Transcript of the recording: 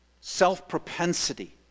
self-propensity